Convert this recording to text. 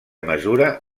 mesura